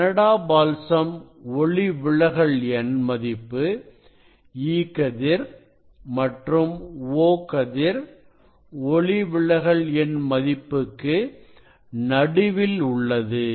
Canada balsam ஒளிவிலகல் எண் மதிப்பு E கதிர் மற்றும் O கதிர் ஒளிவிலகல் எண் மதிப்புக்கு நடுவில் உள்ளது